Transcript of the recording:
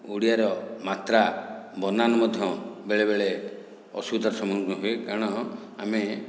ଓଡ଼ିଆର ମାତ୍ରା ବନାନ ମଧ୍ୟ ବେଳେବେଳେ ଅସୁବିଧାର ସମ୍ମୁଖୀନ ହୁଏ କାରଣ ଆମେ